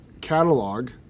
catalog